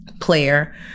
player